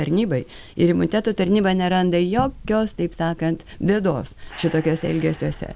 tarnybai ir imuniteto tarnyba neranda jokios taip sakant bėdos šitokiuose elgesiuose